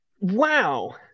Wow